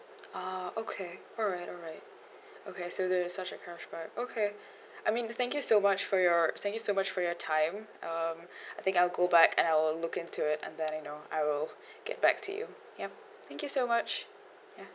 ah okay alright alright okay so there is such a cashback okay I mean thank you so much for your thank you so much for your time um I think I'll go back and I will look into it and then you know I will get back to you yup thank you so much ya